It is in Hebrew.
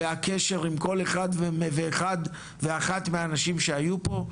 והקשר עם כל אחד ואחת מהאנשים שהיו פה,